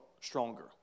stronger